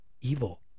evil